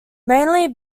mainly